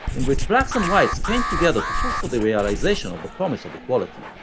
in which blacks and whites came together to push for the realization of the promise of equality.